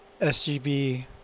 SGB